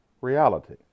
reality